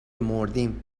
مردیم